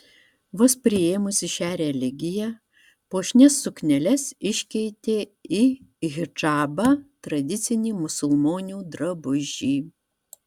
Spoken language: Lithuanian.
vos priėmusi šią religiją puošnias sukneles iškeitė į hidžabą tradicinį musulmonių drabužį